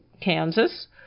Kansas